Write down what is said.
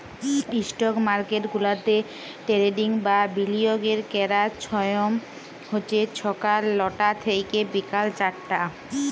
stock market গুলাতে trading বা বিলিয়গের ক্যরার ছময় হছে ছকাল লটা থ্যাইকে বিকাল চারটা